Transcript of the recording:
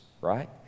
right